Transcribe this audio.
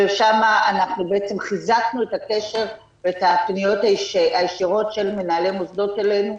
ושם אנחנו חיזקנו את הקשר ואת הפניות הישירות של מנהלי מוסדות אלינו.